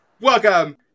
Welcome